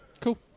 Cool